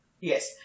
Yes